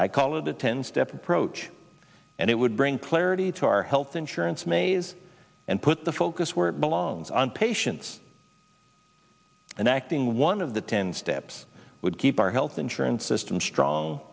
i call it the ten step approach and it would bring clarity to our health insurance maze and put the focus where it belongs on patients and acting one of the ten steps would keep our health insurance system strong